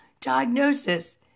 diagnosis